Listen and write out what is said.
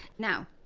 now,